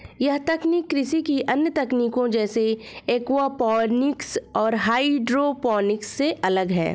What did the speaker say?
यह तकनीक कृषि की अन्य तकनीकों जैसे एक्वापॉनिक्स और हाइड्रोपोनिक्स से अलग है